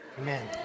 Amen